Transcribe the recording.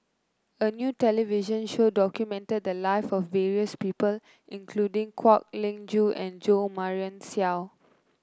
a new television show documented the live of various people including Kwek Leng Joo and Jo Marion Seow